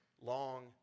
long